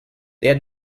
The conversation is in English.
had